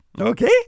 Okay